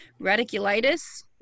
radiculitis